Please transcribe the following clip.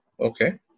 okay